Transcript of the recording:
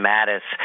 Mattis